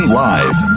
live